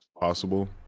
possible